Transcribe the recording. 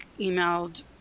emailed